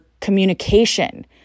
communication